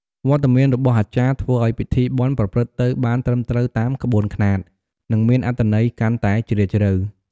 វត្តមានរបស់អាចារ្យធ្វើឱ្យពិធីបុណ្យប្រព្រឹត្តទៅបានត្រឹមត្រូវតាមក្បួនខ្នាត និងមានអត្ថន័យកាន់តែជ្រាលជ្រៅ។